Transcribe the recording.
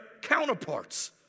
counterparts